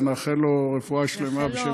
אז נאחל לו רפואה שלמה בשם כולנו.